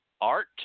art